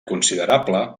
considerable